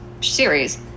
series